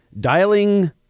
Dialing